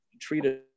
treated